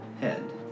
head